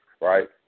right